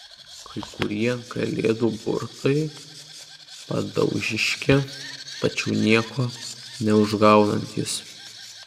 kai kurie kalėdų burtai padaužiški tačiau nieko neužgaunantys